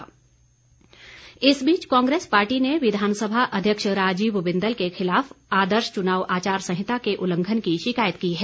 कांग्रेस इस बीच कांग्रेस पार्टी ने विधानसभा अध्यक्ष राजीव बिंदल के खिलाफ आदर्श चुनाव आचार संहिता के उल्लंघन की शिकायत की है